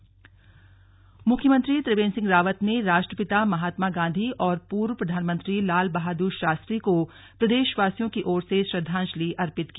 गांधी जयंती देहरादून मुख्यमंत्री त्रिवेंद्र सिंह रावत ने राष्ट्रपिता महात्मा गांधी और पूर्व प्रधानमंत्री लाल बहाद्र शास्त्री को प्रदेशवासियों की ओर से श्रद्धांजलि अर्पित की